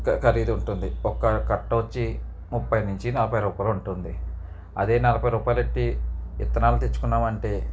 ఖరీదు ఉంటుంది ఒక్క కట్ట వచ్చి ముప్పై నుంచి నలభై రూపాయలు ఉంటుంది అదే నలభై రూపాయలు పెట్టి విత్తనాలు తెచ్చుకున్నాం అంటే